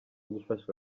gufasha